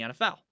NFL